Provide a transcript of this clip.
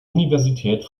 universität